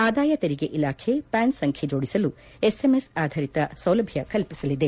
ಆದಾಯ ತೆರಿಗೆ ಇಲಾಖೆ ಪ್ಯಾನ್ ಸಂಖ್ಯೆ ಜೋಡಿಸಲು ಎಸ್ಎಂಎಸ್ ಆಧಾರಿತ ಸೌಲಭ್ಯವನ್ನು ಕಲ್ಪಿಸಲಿದೆ